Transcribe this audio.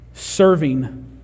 Serving